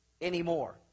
Anymore